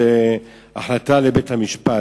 זו החלטה לבית-המשפט,